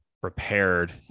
prepared